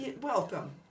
welcome